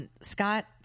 Scott